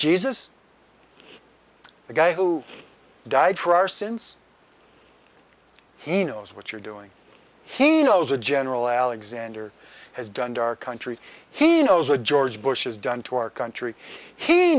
jesus the guy who died for our sins he knows what you're doing he knows the general alexander has done to our country he knows what george bush has done to our country he